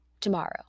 tomorrow